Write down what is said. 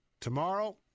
Tomorrow